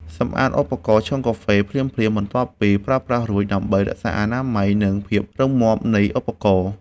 សម្អាតឧបករណ៍ឆុងកាហ្វេភ្លាមៗបន្ទាប់ពីប្រើប្រាស់រួច ដើម្បីរក្សាអនាម័យ និងភាពរឹងមាំនៃឧបករណ៍។